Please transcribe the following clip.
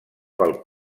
pel